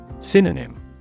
synonym